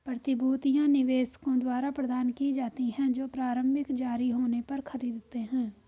प्रतिभूतियां निवेशकों द्वारा प्रदान की जाती हैं जो प्रारंभिक जारी होने पर खरीदते हैं